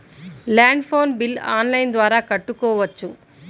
Land phone bill online ద్వారా కట్టుకోవచ్చు?